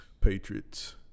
Patriots